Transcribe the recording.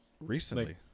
recently